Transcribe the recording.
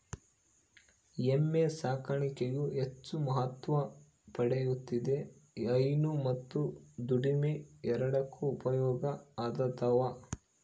ಎಮ್ಮೆ ಸಾಕಾಣಿಕೆಯು ಹೆಚ್ಚು ಮಹತ್ವ ಪಡೆಯುತ್ತಿದೆ ಹೈನು ಮತ್ತು ದುಡಿಮೆ ಎರಡಕ್ಕೂ ಉಪಯೋಗ ಆತದವ